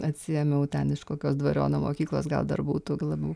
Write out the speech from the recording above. atsiėmiau ten iš kokios dvariono mokyklos gal dar būtų gi labiau